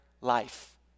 life